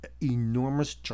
enormous